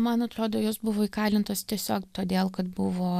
man atrodo jos buvo įkalintos tiesiog todėl kad buvo